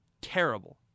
terrible